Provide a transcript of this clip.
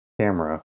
camera